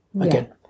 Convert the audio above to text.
again